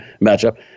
matchup